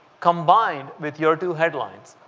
combined with your two headlines,